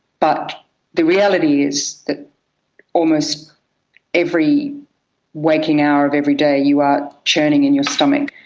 but the reality is that almost every waking hour of every day you are churning in your stomach.